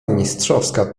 mistrzowska